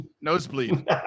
Nosebleed